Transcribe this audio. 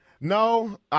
No